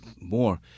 more